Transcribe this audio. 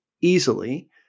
easily